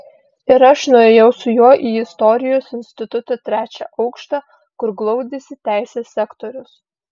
ir aš nuėjau su juo į istorijos instituto trečią aukštą kur glaudėsi teisės sektorius